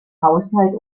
haushalt